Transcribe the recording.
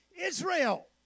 Israel